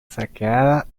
saqueada